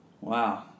Wow